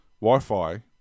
Wi-Fi